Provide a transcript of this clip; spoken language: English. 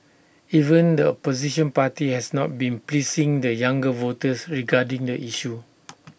even the opposition party has not been pleasing the younger voters regarding the issue